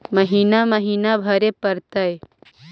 महिना महिना भरे परतैय?